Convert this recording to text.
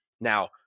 Now